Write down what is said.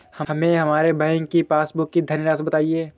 हमें हमारे बैंक की पासबुक की धन राशि बताइए